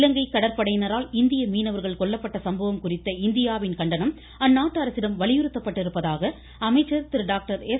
இலங்கை கடற்படையினரால் இந்திய மீனவர்கள் கொல்லப்பட்ட சம்பவம் குறித்த இந்தியாவின் கண்டனம் அந்நாட்டு அரசிடம் வலியுறுத்தப் பட்டிருப்பதாக அமைச்சர் டாக்டர் எஸ்